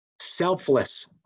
Selfless